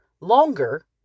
longer